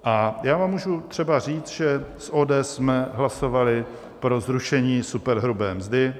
A já vám můžu třeba říct, že s ODS jsme hlasovali pro zrušení superhrubé mzdy.